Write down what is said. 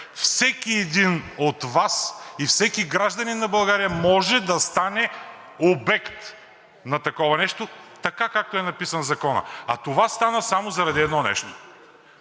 всеки един от Вас и всеки гражданин на България може да стане обект на такова нещо, така както е написан законът. А това стана само заради едно нещо